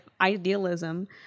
idealism